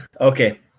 Okay